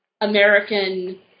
American